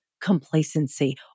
complacency